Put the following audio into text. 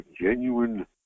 genuine